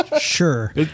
Sure